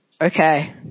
Okay